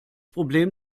problem